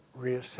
reassess